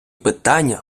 питання